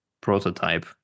prototype